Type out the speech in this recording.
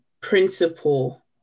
principle